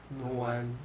no one